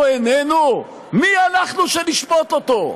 הוא איננו, מי אנחנו שנשפוט אותו?